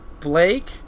Blake